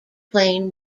plane